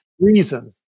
reason